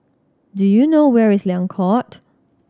do you know where is Liang Court